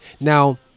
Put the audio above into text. Now